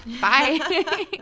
Bye